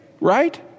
right